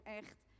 echt